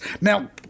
Now